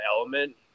element